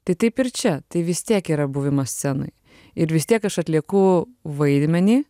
tai taip ir čia tai vis tiek yra buvimas scenoj ir vis tiek aš atlieku vaidmenį